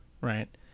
right